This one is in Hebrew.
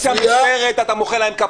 כשהקואליציה מדברת אתה מוחה כפיים.